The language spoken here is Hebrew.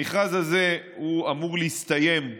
המכרז הזה אמור להסתיים,